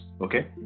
okay